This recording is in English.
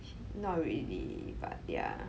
not really but yeah